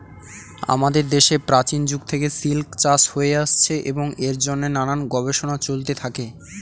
আমাদের দেশে প্রাচীন যুগ থেকে সিল্ক চাষ হয়ে আসছে এবং এর জন্যে নানান গবেষণা চলতে থাকে